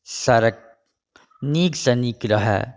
सड़क नीकसँ नीक रहए